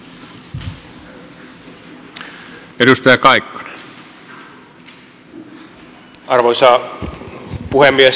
arvoisa puhemies